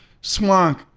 Swank